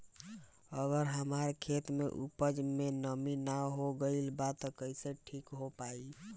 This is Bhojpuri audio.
अगर हमार खेत में उपज में नमी न हो गइल बा त कइसे ठीक हो पाई?